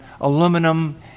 aluminum